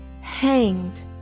hanged